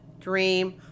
dream